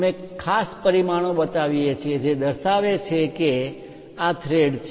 અમે ખાસ પરિમાણો બતાવીએ છીએ જે દર્શાવે છે કે આ થ્રેડ છે